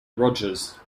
rogers